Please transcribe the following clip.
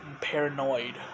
paranoid